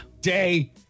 day